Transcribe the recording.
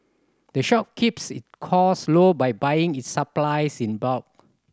the shop keeps its costs low by buying its supplies in bulk